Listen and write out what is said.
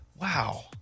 wow